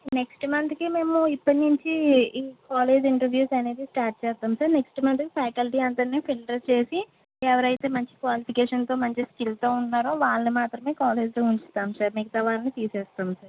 next మంత్కి మేము ఇప్పటి నుంచి కాలేజ్ ఇంటర్వ్యూస్ అనేవి స్టార్ట్ చేస్తాం సార్ నెక్స్ట్ మంత్ ఫాకల్టీ అందరినీ ఫిల్టర్ చేసి ఎవరయితే మంచి క్వాలిఫికేషన్తో మంచి స్కిల్తో ఉన్నారో వాళ్ళని మాత్రమే కాలేజ్లో ఉంచుతాం సార్ మిగతా వాళ్ళని తీసేస్తాం సార్